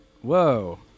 whoa